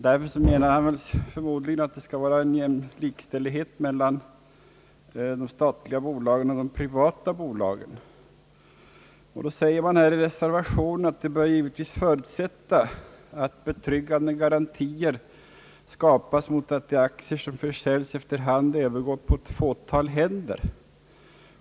Därmed menade han förmodligen att det skall råda likställighet mellan de statliga bolagen och de privata. I reservationen framhålles att betryggande garantier givetvis bör skapas mot att de aktier som försäljs efter hand övergår på ett fåtal händer.